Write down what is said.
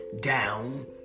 down